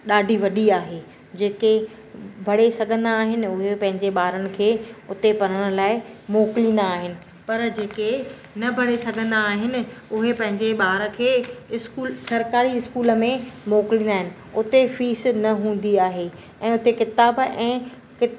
ॾाढी वॾी आहे जेके भणे सघंदा आहिनि उहे पंहिंजे ॿारनि खे उते पढ़ण लाइ मोकिलींदा आहिनि पर जेके न भरे सघंदा आहिनि उहे पंहिंजे ॿार खे स्कूल सरकारी स्कूल में मोकिलींदा आहिनि उते फीस न हूंदी आहे ऐं उते किताब ऐं की